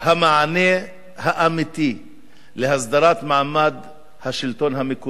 המענה האמיתי להסדרת מעמד השלטון המקומי,